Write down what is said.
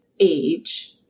Age